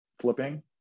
flipping